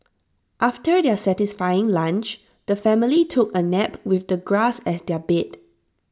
after their satisfying lunch the family took A nap with the grass as their bed